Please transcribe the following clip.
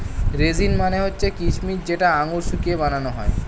raisin মানে হচ্ছে কিচমিচ যেটা আঙুর শুকিয়ে বানানো হয়